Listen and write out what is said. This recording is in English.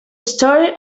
story